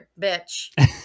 bitch